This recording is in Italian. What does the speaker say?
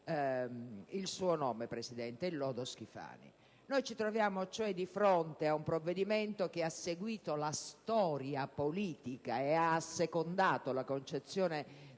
il suo nome, Presidente: il lodo Schifani. Ci troviamo cioè di fronte ad un provvedimento che ha seguito la storia politica ed ha assecondato la concezione